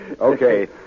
Okay